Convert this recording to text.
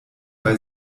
bei